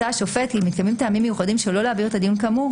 מצא השופט כי מתקיימים טעמים מיוחדים שלא להעביר את הדיון כאמור,